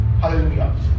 Hallelujah